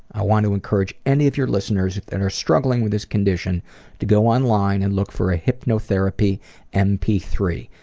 i want to encourage any of your listeners that are struggling with this condition to go online online and look for a hypnotherapy m p three.